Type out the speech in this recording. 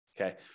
Okay